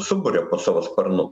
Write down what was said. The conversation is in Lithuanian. suburia po savo sparnu